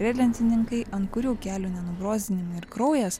riedlentininkai ant kurių kelių ne nubrozdinimai ir kraujas